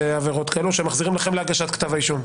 עבירות כאלו שמחזירים לכם להגשת כתב האישום?